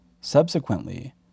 Subsequently